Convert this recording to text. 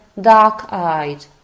dark-eyed